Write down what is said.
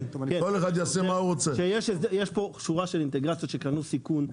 יש פה שורה של אינטגרציות שקנו סיכון.